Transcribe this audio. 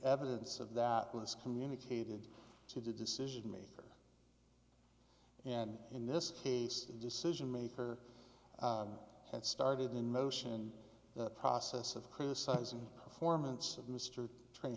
evidence of that was communicated to the decision maker and in this case the decision maker that started in motion the process of criticizing performance of mr train